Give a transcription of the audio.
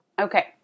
Okay